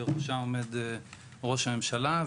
בראשה עומד ראש הממשלה,